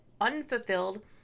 unfulfilled